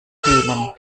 kühlen